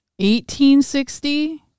1860